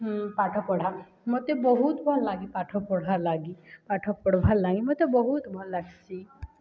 ପାଠ ପଢ଼ା ମୋତେ ବହୁତ ଭଲ୍ ଲାଗେ ପାଠ ପଢ଼ାର୍ ଲାଗି ପାଠ ପଢ଼ିବାର୍ ଲାଗି ମୋତେ ବହୁତ ଭଲ୍ ଲାଗ୍ସି